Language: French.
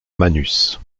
manus